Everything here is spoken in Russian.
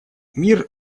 мир